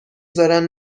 زارن